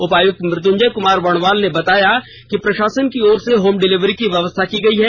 उपायुक्त मत्युजंय कुमार वर्णवाल ने बताया कि प्रषासन की और से होम डिलीवरी की व्यवस्था की गई है